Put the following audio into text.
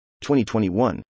2021